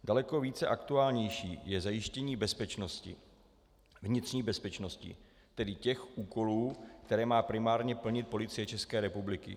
Daleko více aktuální je zajištění bezpečnosti, vnitřní bezpečnosti, tedy těch úkolů, které má primárně plnit Policie České republiky.